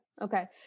Okay